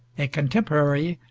a contemporary,